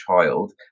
Child